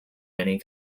many